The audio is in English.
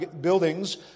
buildings